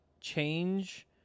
change